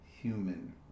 human